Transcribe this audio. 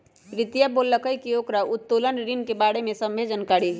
प्रीतिया बोललकई कि ओकरा उत्तोलन ऋण के बारे में सभ्भे जानकारी हई